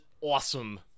awesome